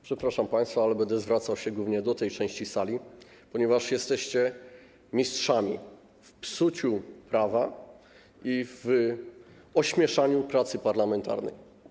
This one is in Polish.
Przepraszam państwa, ale będę zwracał się głównie do tej części sali, ponieważ jesteście mistrzami w psuciu prawa i w ośmieszaniu pracy parlamentarnej.